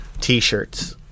T-shirts